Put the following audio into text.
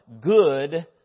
good